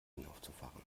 hinaufzufahren